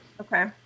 okay